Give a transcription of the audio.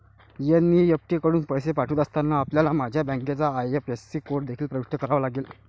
NEFT कडून पैसे पाठवित असताना, आपल्याला माझ्या बँकेचा आई.एफ.एस.सी कोड देखील प्रविष्ट करावा लागेल